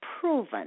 proven